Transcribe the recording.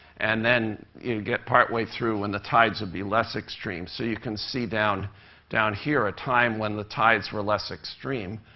and then you get partway through when the tides would be less extreme. so you can see down here here a time when the tides were less extreme.